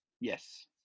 Yes